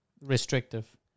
restrictive